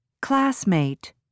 Classmate